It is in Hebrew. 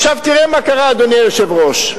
תראה מה קרה, אדוני היושב-ראש.